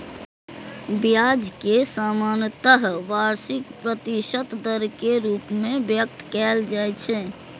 ब्याज कें सामान्यतः वार्षिक प्रतिशत दर के रूप मे व्यक्त कैल जाइ छै